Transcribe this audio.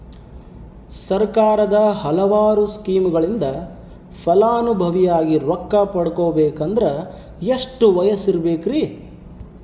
ಸರ್ಕಾರದ ಹಲವಾರು ಸ್ಕೇಮುಗಳಿಂದ ಫಲಾನುಭವಿಯಾಗಿ ರೊಕ್ಕ ಪಡಕೊಬೇಕಂದರೆ ಎಷ್ಟು ವಯಸ್ಸಿರಬೇಕ್ರಿ?